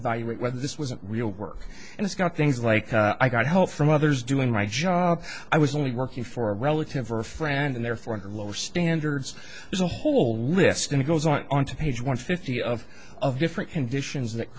evaluate whether this was real work and it's got things like i got help from others doing right job i was only working for a relative or friend and therefore in the lower standards there's a whole list and goes on to page one fifty of of different conditions that